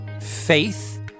faith